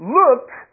looked